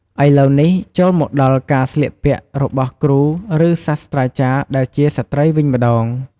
ឥឡូវនេះ ចូលមកដល់ការស្លៀកពាក់របស់គ្រូ ឬ សាស្ត្រចារ្យដែលជាស្ត្រីវិញម្ដង។